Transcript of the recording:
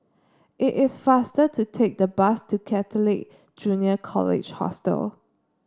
it is faster to take the bus to Catholic Junior College Hostel